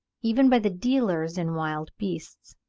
even by the dealers in wild beasts.